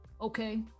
okay